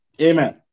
Amen